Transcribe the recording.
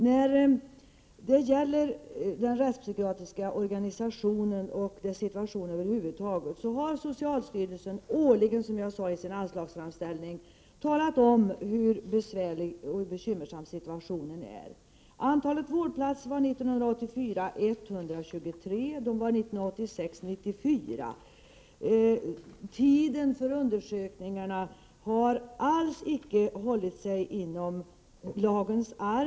När det gäller den rättspsykiatriska organisationen och den rättpsykiatriskasituationen över huvud taget har socialstyrelsen årligen, som jag sade, i sin anslagsframställning angett hur besvärlig och bekymmersam situationen är. Antalet vårdplatser var 123 år 1984 och 94 år 1986. Tiden för undersökningarna har alls icke hållit sig inom den ram som lagen föreskriver.